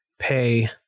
pay